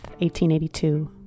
1882